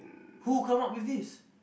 who come up with this